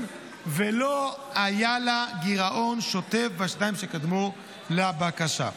ולא היה לה גירעון שוטף בשנתיים שקדמו לבקשה.